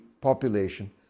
population